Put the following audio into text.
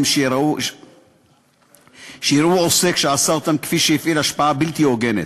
שיראו עוסק שעשה אותם כמי שהפעיל השפעה בלתי הוגנת.